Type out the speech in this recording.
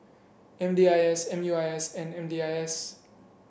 M D I S M U I S and M D I S